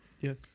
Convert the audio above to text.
Yes